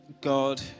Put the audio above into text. God